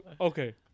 Okay